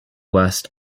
worst